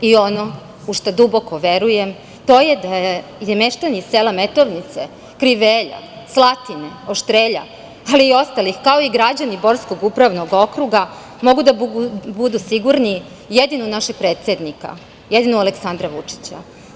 Ono u šta duboko verujem, to je da meštani sela Metovnice, Krivelja, Slatine, Oštrelja, ali i ostalih, kao i građani Borskog upravnog okruga mogu da budu sigurni jedino u našeg predsednika, jedino u Aleksandra Vučića.